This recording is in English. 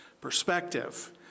perspective